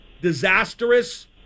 disastrous